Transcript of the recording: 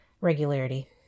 regularity